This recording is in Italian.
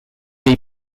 dei